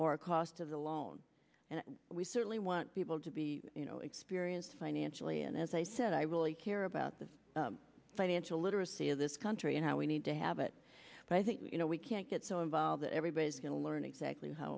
or cost of the loan and we certainly want people to be you know experienced financially and as i said i really care about the financial literacy of this country and how i need to have it but i think you know we can't get so involved everybody is going to learn exactly how